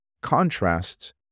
contrasts